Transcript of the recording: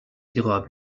ihrer